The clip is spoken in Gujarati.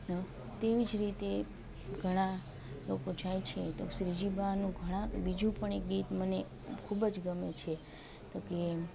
તો તેવી જ રીતે ઘણા લોકો જાય છે તો શ્રીજી બાનું ઘણા બીજું પણ એક ગીત મને ખૂબ જ ગમે છે તો કે